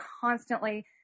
constantly